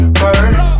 bird